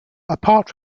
apart